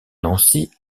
nancy